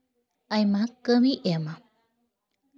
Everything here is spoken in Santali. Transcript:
ᱟᱭᱢᱟ ᱠᱟᱹᱢᱤ ᱮᱢᱟ